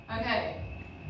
Okay